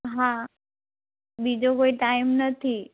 હા બીજો કોઈ ટાઇમ નથી